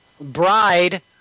bride